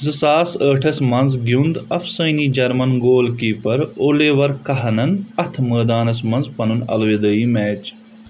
زٕ ساس ٲٹھس منٛز گِیُند افسٲنی German goal keeper Oliver Kahn اتھ مٲدانَس منٛز پَنُن الوِدٲیی میچ